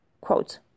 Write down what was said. Quote